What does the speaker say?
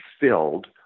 filled